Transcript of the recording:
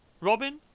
Robin